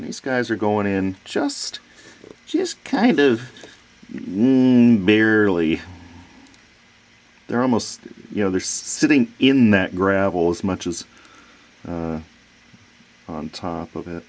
these guys are going in just just kind of nearly they're almost you know there's sitting in that gravel as much as on top of it